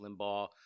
Limbaugh